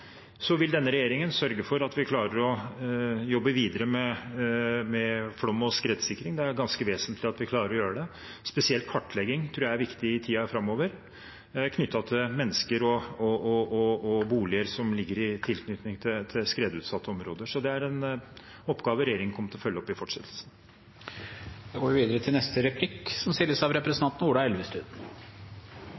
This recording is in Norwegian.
Denne regjeringen vil sørge for at vi klarer å jobbe videre med flom- og skredsikring. Det er ganske vesentlig at vi klarer å gjøre det. Spesielt kartlegging tror jeg er viktig i tiden framover, knyttet til mennesker og boliger som ligger i tilknytning til skredutsatte områder. Det er en oppgave regjeringen kommer til å følge opp i fortsettelsen.